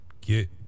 get